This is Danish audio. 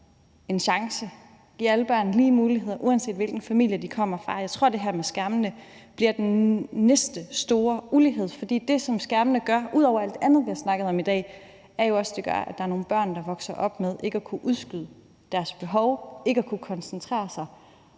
en chance, at give alle børn lige muligheder, uanset hvilken familie de kommer fra. Jeg tror, at det her med skærmene bliver den næste store ulighedsfaktor, for det, som skærmene fører med sig, er jo, ud over alt det andet, vi har snakket om i dag, at der er nogle børn, der vokser op med ikke at kunne udskyde deres behov og ikke at kunne koncentrere sig.